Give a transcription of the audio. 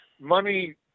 Money